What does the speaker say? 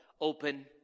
Open